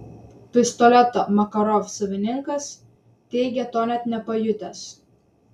pistoleto makarov savininkas teigia to net nepajutęs